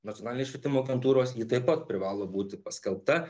nacionalinės švietimo agentūros ji taip pat privalo būti paskelbta